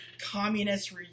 communist